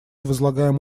возлагаем